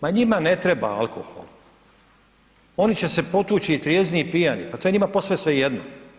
Ma njima ne treba alkohol, oni će se potući i trijezni i pijani, pa to je njima posve svejedno.